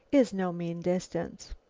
is no mean distance.